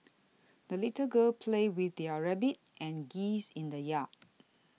the little girl played with are rabbit and geese in the yard